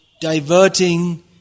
diverting